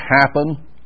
happen